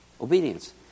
Obedience